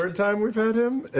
um time we've had him?